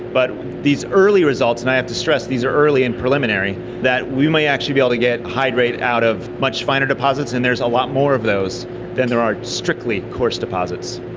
but these early results, and i have to stress these are early and preliminary, that we may actually be able to get hydrate out of much finer deposits, and there's a lot more of those than there are strictly coarse deposits.